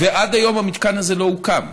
ועד היום המתקן הזה לא הוקם,